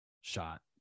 shot